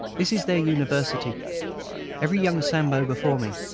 this is their university every young sambo before me,